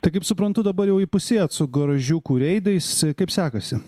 tai kaip suprantu dabar jau įpusėjot su garažiukų reidais kaip sekasi